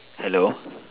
hello